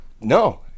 no